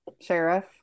sheriff